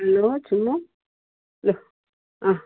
hello